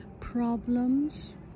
problems